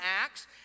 acts